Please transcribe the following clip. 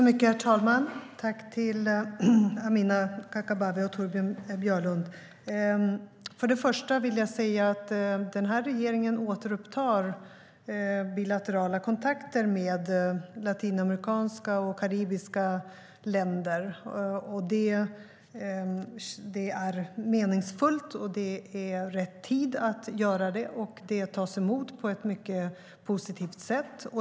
Herr talman! Jag tackar Amineh Kakabaveh och Torbjörn Björlund. Först vill jag säga att den här regeringen återupptar bilaterala kontakter med latinamerikanska och karibiska länder. Det är meningsfullt, det är rätt tid att göra det och det tas emot på ett mycket positivt sätt.